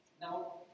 Now